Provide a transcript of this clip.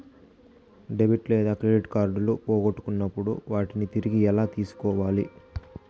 debit లేదా credit కార్డులు పోగొట్టుకున్నప్పుడు వాటిని తిరిగి ఎలా తీసుకోవాలి